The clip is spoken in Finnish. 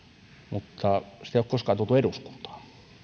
mutta sitä ei ole koskaan tuotu eduskuntaan